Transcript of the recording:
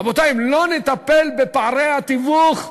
רבותי, אם לא נטפל בפערי התיווך,